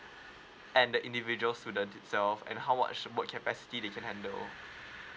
and the individual student itself and how much homework capacity they can handle